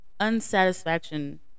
unsatisfaction